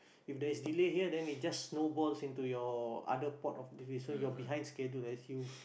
if there is delay here then it just snowballs into your other port of division you're behind schedule as you